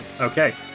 Okay